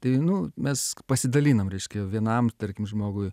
tai nu mes pasidalinom reiškia vienam tarkim žmogui